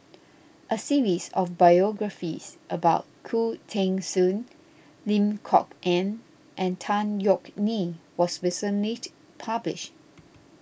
a series of biographies about Khoo Teng Soon Lim Kok Ann and Tan Yeok Nee was recently published